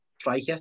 striker